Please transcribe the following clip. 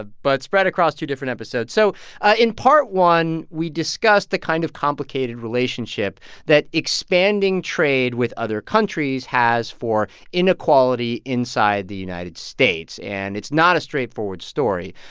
but spread across two different episodes. so ah in part one, we discussed the kind of complicated relationship that expanding trade with other countries has for inequality inside the united states. and it's not a straightforward story.